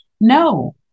no